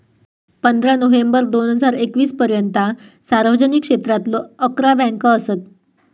पंधरा नोव्हेंबर दोन हजार एकवीस पर्यंता सार्वजनिक क्षेत्रातलो अकरा बँका असत